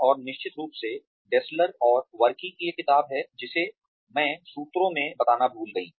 और निश्चित रूप से डेसलर और वर्की की एक किताब है जिसे मैं सूत्रों में बताना भूल गई हूँ